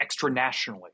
extranationally